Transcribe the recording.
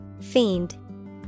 Fiend